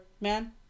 man